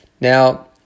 Now